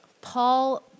Paul